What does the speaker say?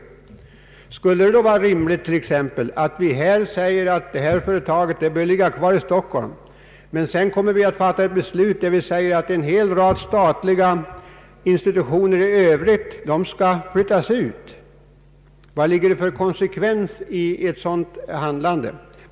Det kan ju inte vara rimligt att vi här i riksdagen säger att LKAB, detta stora företag bör ligga kvar med huvudkontoret i Stockholm och att vi sedan fattar beslut om att en hel rad statliga institutioner i övrigt skall flyttas ut! Vad finns det för konsekvens i ett sådant handlande?